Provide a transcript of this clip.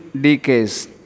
decays